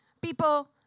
people